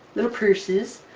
little purses.